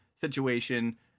situation